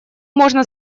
можно